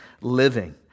living